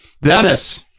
Dennis